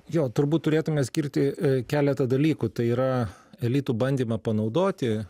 jo turbūt turėtume skirti keletą dalykų tai yra elitų bandymą panaudoti